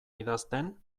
idazten